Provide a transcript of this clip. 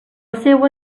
seua